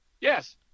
yes